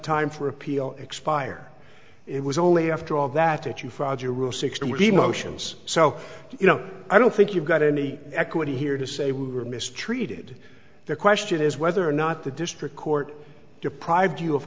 time for appeal expire it was only after all that you filed your rule sixty with the motions so you know i don't think you've got any equity here to say we were mistreated the question is whether or not the district court deprived you of